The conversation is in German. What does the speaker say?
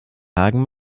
hagen